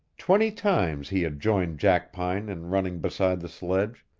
twenty times he had joined jackpine in running beside the sledge.